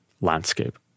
landscape